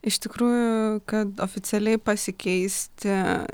iš tikrųjų kad oficialiai pasikeisti